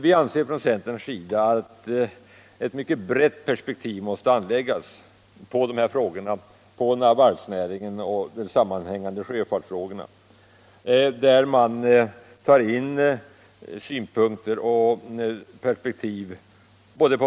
Vi anser inom centern att ett mycket brett perspektiv måste anläggas på varvsnäringen och därmed sammanhängande sjöfartsnäringsfrågor.